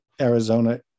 Arizona